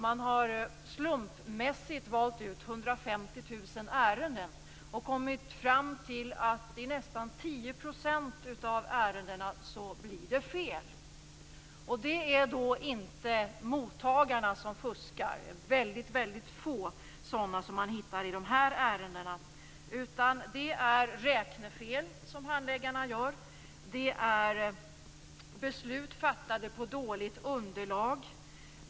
Man har slumpmässigt valt ut 150 000 ärenden och kommit fram till att det blir fel i nästan 10 % av ärendena. Det är inte mottagarna som fuskar. Man hittar väldigt få sådana ärenden. Det är räknefel som handläggarna gör. Det är beslut som fattas på dåligt underlag.